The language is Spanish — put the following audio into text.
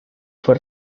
fue